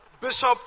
Bishop